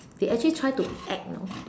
they actually try to act know